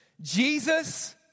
Jesus